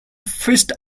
fished